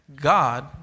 God